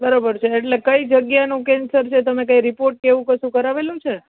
બરોબર છે એટલે કઈ જગ્યાનું કેન્સર છે તમે કંઈ રિપોર્ટ કે એવું કશું કરાવેલું છે